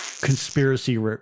conspiracy